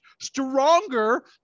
stronger